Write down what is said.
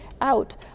out